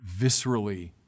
viscerally